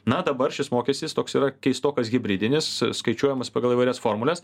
na dabar šis mokestis toks yra keistokas hibridinis skaičiuojamas pagal įvairias formules